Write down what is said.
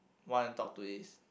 want to talk to is